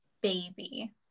baby